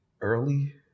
early